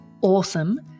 awesome